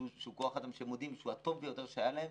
שמודים שהוא כוח אדם הטוב ביותר שהיה להם,